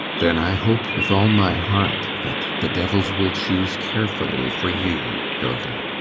then i hope with all my heart that the devils will choose carefully for you, hilda.